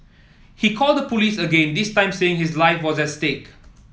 he called the police again this time saying his life was at stake